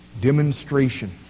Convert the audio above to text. demonstration